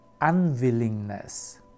unwillingness